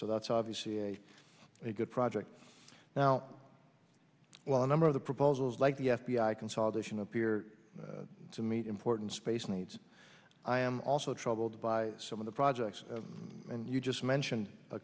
so that's obviously a good project now while a number of the proposals like the f b i consolidation appear to meet important space needs i am also troubled by some of the projects you just mentioned a